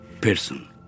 person